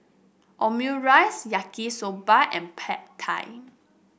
Omurice Yaki Soba and Pad Thai